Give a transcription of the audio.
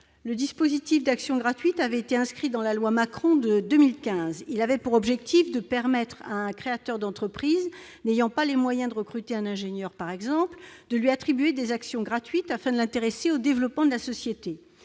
Le dispositif d'actions gratuites avait été inscrit dans la loi Macron de 2015. Il avait pour objectif de permettre à un créateur d'entreprise n'ayant pas les moyens de recruter un ingénieur, par exemple, de lui attribuer des actions gratuites afin de l'intéresser au développement de la société.